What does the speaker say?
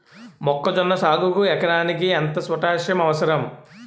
మొక్కజొన్న సాగుకు ఎకరానికి ఎంత పోటాస్సియం అవసరం?